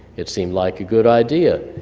it seemed like a good idea.